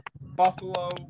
Buffalo